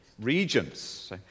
Regents